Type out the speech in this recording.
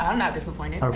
um not disappointed.